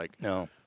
No